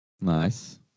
Nice